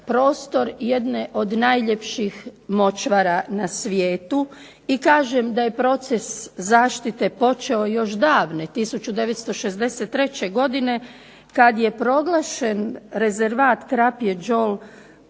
prostor jedne od najljepših močvara na svijetu i kažem da je proces zaštite počeo još davne 1963. godine kada je proglašen Rezervat Krapje đol